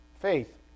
faith